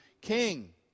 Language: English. king